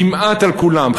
כמעט על כולם,